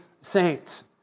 saints